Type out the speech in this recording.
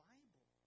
Bible